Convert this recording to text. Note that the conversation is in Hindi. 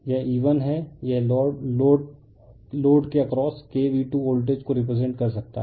यह E1 है यह लोड के अक्रॉस K V2 वोल्टेज को रिप्रेजेंट कर सकता है